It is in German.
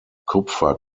kupfer